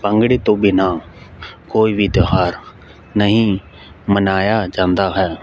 ਭੰਗੜੇ ਤੋਂ ਬਿਨਾ ਕੋਈ ਵੀ ਤਿਉਹਾਰ ਨਹੀਂ ਮਨਾਇਆ ਜਾਂਦਾ ਹੈ